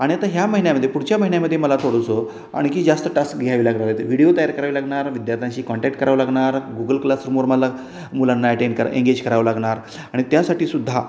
आणि आता ह्या महिन्यामध्ये पुढच्या महिन्यामध्ये मला थोडंसं आणखी जास्त टास्क घ्यावी लागणार ते व्हिडीओ तयार करावी लागणार विद्यार्थ्यांची कॉन्टॅक्ट करावं लागणार गुगल क्लासरूमवर मला मुलांना अटेंड करा एंगेज करावं लागणार आणि त्यासाठी सुद्धा